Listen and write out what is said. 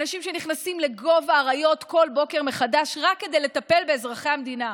אנשים שנכנסים לגוב האריות כל בוקר מחדש רק כדי לטפל באזרחי המדינה.